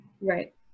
Right